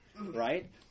Right